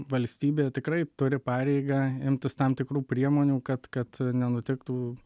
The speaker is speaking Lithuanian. valstybė tikrai turi pareigą imtis tam tikrų priemonių kad kad nenutiktų